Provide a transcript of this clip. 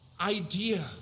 idea